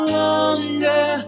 longer